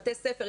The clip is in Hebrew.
בתי ספר,